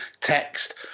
text